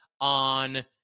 on